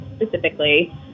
specifically